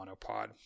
monopod